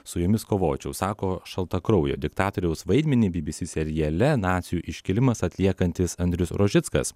su jumis kovočiau sako šaltakraujo diktatoriaus vaidmenį bbc seriale nacių iškilimas atliekantis andrius rožickas